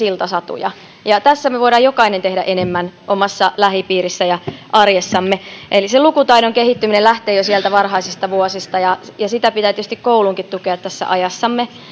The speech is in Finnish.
iltasatuja tässä me voimme jokainen tehdä enemmän omassa lähipiirissä ja arjessamme eli lukutaidon kehittyminen lähtee jo sieltä varhaisista vuosista ja ja sitä pitää tietysti koulunkin tukea tässä ajassamme